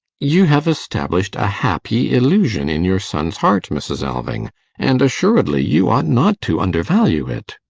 you have established a happy illusion in your son's heart, mrs. alving and assuredly you ought not to undervalue it.